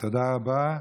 תודה רבה.